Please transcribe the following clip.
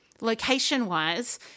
Location-wise